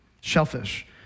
Shellfish